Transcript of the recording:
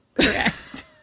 correct